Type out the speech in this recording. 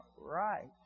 right